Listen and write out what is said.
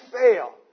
fail